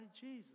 Jesus